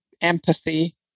empathy